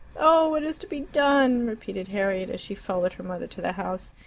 oh, what is to be done? repeated harriet, as she followed her mother to the house.